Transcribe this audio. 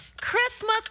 Christmas